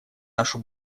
нашу